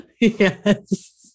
Yes